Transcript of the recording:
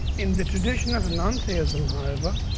in the tradition of non-theism, however,